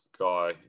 guy